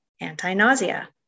anti-nausea